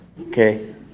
Okay